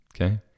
Okay